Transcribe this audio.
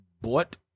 bought